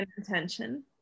attention